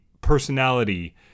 personality